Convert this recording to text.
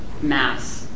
mass